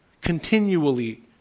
continually